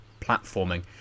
platforming